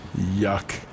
Yuck